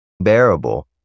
bearable